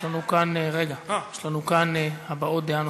יש לנו כאן הבעות דעה נוספת.